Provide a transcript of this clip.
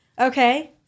Okay